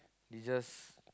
they just